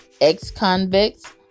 ex-convicts